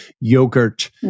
yogurt